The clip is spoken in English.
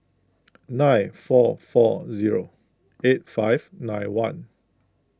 nine four four zero eight five nine one